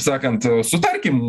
sakant sutarkim